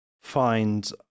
find